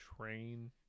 train